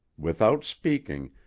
without speaking,